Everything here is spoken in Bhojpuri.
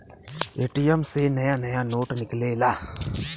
ए.टी.एम से नया नया नोट निकलेला